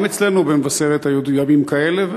גם אצלנו במבשרת היו ימים כאלה,